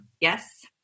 yes